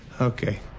Okay